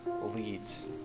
leads